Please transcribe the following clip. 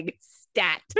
stat